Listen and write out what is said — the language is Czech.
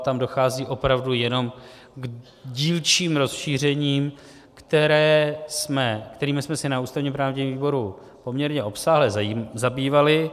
Tam dochází opravdu jenom k dílčím rozšířením, kterými jsme se na ústavněprávním výboru poměrně obsáhle zabývali.